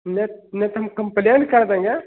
नहीं नहीं तो हम कम्प्लेन कर देंगे